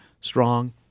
strong